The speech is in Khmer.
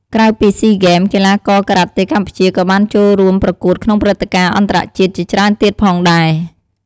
ក្រៅពីស៊ីហ្គេម កីឡាករការ៉ាតេកម្ពុជាក៏បានចូលរួមប្រកួតក្នុងព្រឹត្តិការណ៍អន្តរជាតិជាច្រើនទៀតផងដែរ។